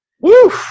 Woo